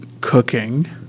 cooking